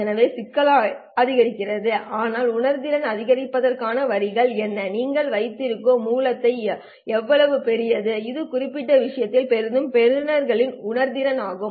எனவே சிக்கலானது அதிகரிக்கிறது ஆனால் உணர்திறனை அதிகரிப்பதற்கான வழிகள் என்ன நீங்கள் வைத்திருக்கும் மூலத்தை எவ்வளவு பெரியது இந்த குறிப்பிட்ட விஷயத்தில் பெரியது பெறுநர்களின் உணர்திறன் ஆகும்